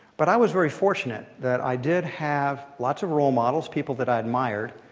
but i was very fortunate that i did have lots of role models, people that i admired.